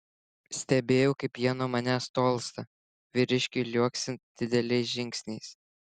stebėjau kaip jie nuo manęs tolsta vyriškiui liuoksint dideliais žingsniais